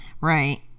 Right